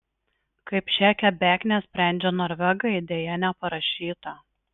kaip šią kebeknę sprendžia norvegai deja neparašyta